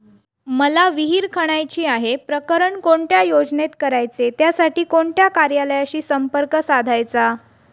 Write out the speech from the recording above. मला विहिर खणायची आहे, प्रकरण कोणत्या योजनेत करायचे त्यासाठी कोणत्या कार्यालयाशी संपर्क साधायचा?